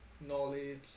knowledge